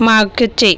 मागचे